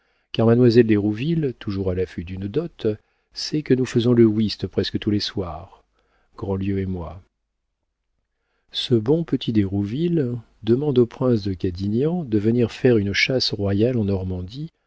car mademoiselle d'hérouville toujours à l'affût d'une dot sait que nous faisons le whist presque tous les soirs grandlieu et moi ce bon petit d'hérouville demande au prince de cadignan de venir faire une chasse royale en normandie